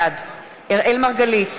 בעד אראל מרגלית,